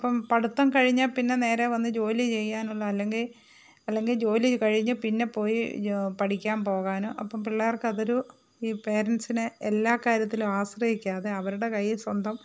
അപ്പം പഠിത്തം കഴിഞ്ഞാൽ പിന്നെ നേരെ വന്ന് ജോലി ചെയ്യാനുള്ള അല്ലെങ്കിൽ അല്ലെങ്കിൽ ജോലി കഴിഞ്ഞ് പിന്നെ പോയി പഠിക്കാൻ പോകാനും അപ്പം പിള്ളേർക്ക് അതൊരു ഈ പേരൻസിനെ എല്ലാ കാര്യത്തിലും ആശ്രയിക്കാതെ അവരുടെ കൈയിൽ സ്വന്തം